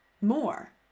more